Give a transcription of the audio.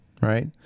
right